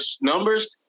numbers